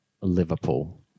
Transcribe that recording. Liverpool